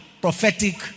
prophetic